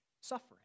Suffering